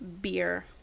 beer